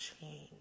change